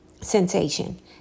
sensation